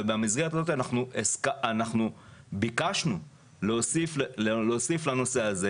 ובמסגרת הזאת ביקשנו להוסיף לנושא הזה